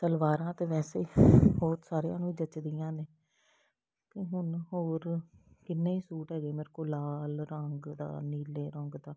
ਸਲਵਾਰਾਂ ਤੇ ਵੈਸੇ ਬਹੁਤ ਸਾਰਿਆਂ ਨੂੰ ਜੱਚਦੀਆਂ ਨੇ ਅਤੇ ਹੁਣ ਹੋਰ ਕਿੰਨੇ ਹੀ ਸੂਟ ਹੇਗੇ ਮੇਰੇ ਕੋਲ ਲਾਲ ਰੰਗ ਦਾ ਨੀਲੇ ਰੰਗ ਦਾ